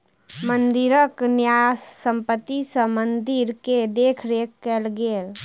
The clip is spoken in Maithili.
मंदिरक न्यास संपत्ति सॅ मंदिर के देख रेख कएल गेल